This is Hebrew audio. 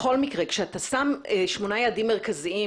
בכל מקרה כשאתה שם שמונה יעדים מרכזיים,